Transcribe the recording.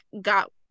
got